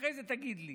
אחרי זה תגיד לי